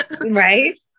Right